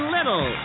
Little